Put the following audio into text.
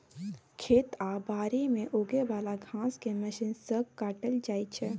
खेत आ बारी मे उगे बला घांस केँ मशीन सँ काटल जाइ छै